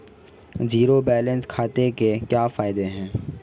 Zero balance खाते के क्या फायदे हैं?